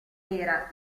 era